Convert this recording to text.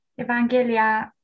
Evangelia